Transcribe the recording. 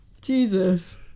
Jesus